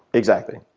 exactly.